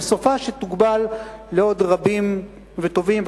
וסופה שתוגבל לעוד רבים וטובים,